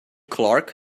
clark